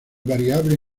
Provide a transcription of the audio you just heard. variables